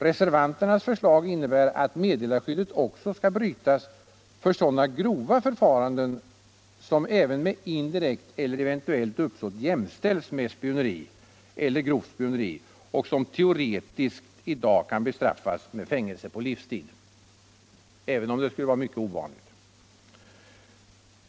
Re servanternas förslag innebär, att meddelarskyddet också skall brytas för sådana grova förfaranden som även med indirekt eller eventuellt uppsåt jämställs med spioneri eller grovt spioneri och som teoretiskt i dag kan bestraffas med fängelse på livstid, även om det skulle vara mycket ovanligt.